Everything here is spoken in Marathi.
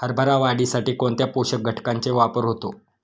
हरभरा वाढीसाठी कोणत्या पोषक घटकांचे वापर होतो?